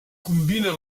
combina